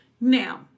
Now